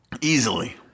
Easily